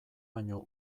baino